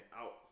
out